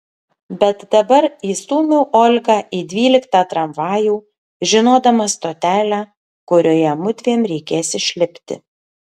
bet dabar įstūmiau olgą į dvyliktą tramvajų žinodama stotelę kurioje mudviem reikės išlipti